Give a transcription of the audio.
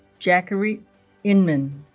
zachary inman